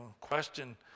question